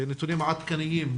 נתונים עדכניים,